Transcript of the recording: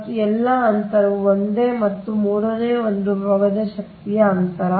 ಮತ್ತು ಎಲ್ಲಾ ಅಂತರವೂ ಒಂದೇ ಮತ್ತು ಮೂರನೇ ಒಂದು ಭಾಗದ ಶಕ್ತಿಗೆ ಅಂತರ